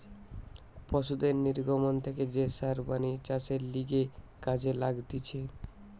পশুদের নির্গমন থেকে যে সার বানিয়ে চাষের লিগে কাজে লাগতিছে